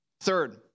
third